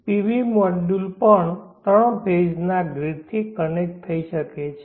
PV module પણ 3 ફેઝના ગ્રીડથી કનેક્ટ થઈ શકે છે